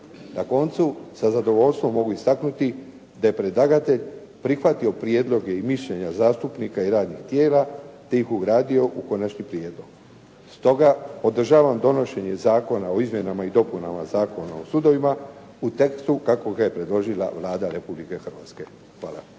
Na koncu, sa zadovoljstvom mogu istaknuti da je predlagatelj prihvatio prijedloge i mišljenja zastupnika i radnih tijela, te ih ugradio u konačni prijedlog. Stoga podržavam donošenje Zakona o izmjenama i dopunama Zakona o sudovima u tekstu kako ga je predložila Vlada Republike Hrvatske. Hvala.